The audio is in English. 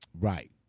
Right